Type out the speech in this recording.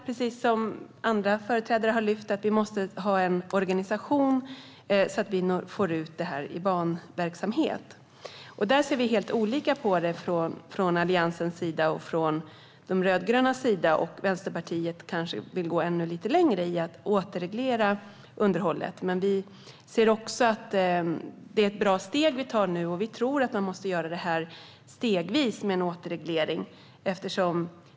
Precis som andra företrädare har lyft fram måste vi ha en organisation så att vi får ut det här i banverksamhet. Vi ser helt olika på det här från Alliansens sida och från de rödgrönas sida, och Vänsterpartiet vill kanske gå ännu lite längre i att återreglera underhållet. Men vi ser också att det är ett bra steg vi tar nu, och vi tror att man måste göra en återreglering stegvis.